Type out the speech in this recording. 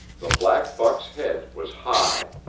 the black buck's head was high,